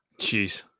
Jeez